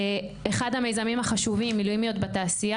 אחד המיזמים החשובים מילואימיות בתעשייה.